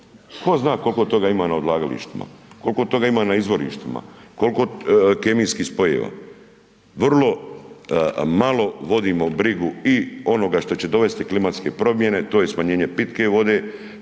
Ko zna kolko toga ima na odlagalištima, kolko toga ima na izvorištima, kolko kemijskih spojeva. Vrlo malo vodimo brigu i onoga što će dovesti klimatske promjene, to je smanjenje pitke vode,